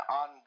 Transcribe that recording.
on